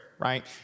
right